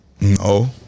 No